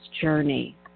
journey